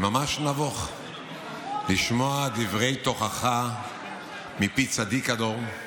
אני ממש נבוך לשמוע דברי תוכחה מפי צדיק הדור.